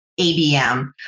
ABM